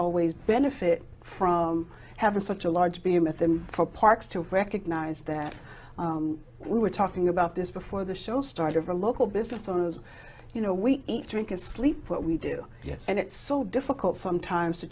always benefit from having such a large beer with him for parks to recognize that we were talking about this before the show start of a local business and you know we eat drink and sleep what we do yet and it's so difficult sometimes to